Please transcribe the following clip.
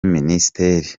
minisiteri